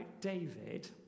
David